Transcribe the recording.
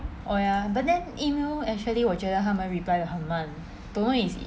oh ya but then email actually 我觉得他们 reply 很慢 don't know is it